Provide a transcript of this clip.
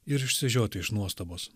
ir išsižioti iš nuostabos